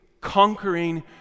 conquering